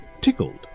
tickled